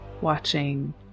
watching